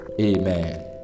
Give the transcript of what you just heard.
Amen